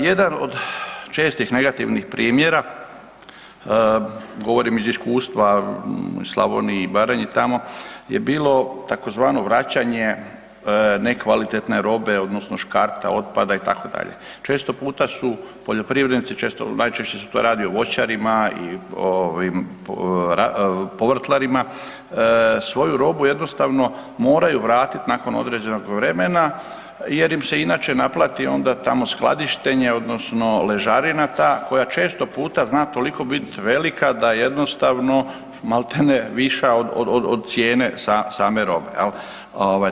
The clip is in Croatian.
Jedan od čestih negativnih primjera, govorim iz iskustva u Slavoniji i Baranji i tamo je bilo tzv. vraćanje nekvalitetne robe odnosno škarta, otpada itd. često puta su poljoprivrednici, najčešće se to radilo o voćarima i povrtlarima, svoju robu jednostavno moraju vratiti nakon određenog vremena jer im se inače naplati onda tamo skladištenje odnosno ležarina ta koja često puta zna toliko bit velika da jednostavno malti ne viša od cijene same robe, jel.